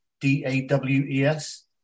D-A-W-E-S